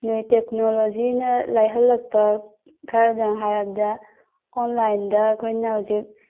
net ꯇꯦꯛꯅꯣꯂꯣꯖꯤꯅ ꯂꯥꯏꯍꯜꯂꯛꯄ ꯈꯔꯗꯪ ꯍꯥꯏꯔꯕꯗ ꯑꯣꯟꯂꯥꯏꯟꯗ ꯑꯩꯈꯣꯏꯅ ꯍꯧꯖꯤꯛ